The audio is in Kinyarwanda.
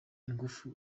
ingufu